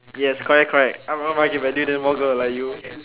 yes correct correct then more girl will like you